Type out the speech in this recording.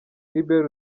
tribert